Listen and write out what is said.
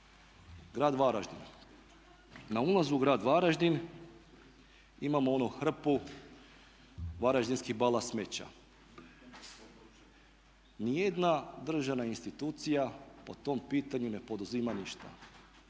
grad Varaždin, na ulazu u grad Varaždin imamo hrpu varaždinskih bala smeća. Niti jedna državna institucija po tom pitanju ne poduzima ništa.